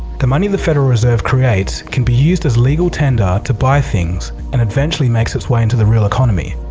the money the federal reserve creates can be used as legal tender to buy things and eventually makes its way into the real economy.